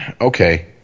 okay